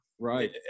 Right